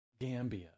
Gambia